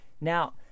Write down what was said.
Now